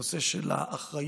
הנושא של האחריות,